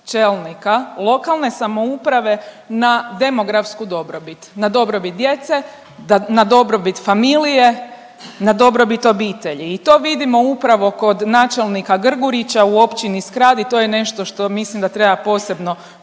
lokalne samouprave na demografsku dobrobit, na dobrobit djece, da na dobrobit familije, na dobrobit obitelji i to vidimo upravo kod načelnika Grgurića u općini Skrad i to je nešto što mislim da treba posebno podcrtati